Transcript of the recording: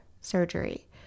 surgery